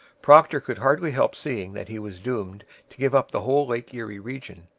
procter could hardly help seeing that he was doomed to give up the whole lake erie region.